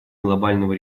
глобального